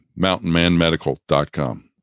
mountainmanmedical.com